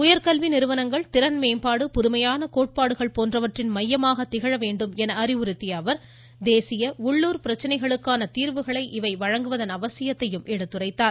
உயர்கல்வி நிறுவனங்கள் திறன் மேம்பாடு புதுமையான கோட்பாடுகள் போன்றவற்றின் மையமாக திகழ வேண்டும் என்று அறிவுறுத்திய குடியரசுத்தலைவர் தேசிய உள்ளுர் பிரச்சனைகளுக்கான தீர்வுகளை இவை வழங்குவதன் அவசியத்தையும் வலியுறுத்தினார்